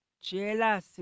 Jealous